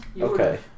Okay